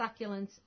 succulents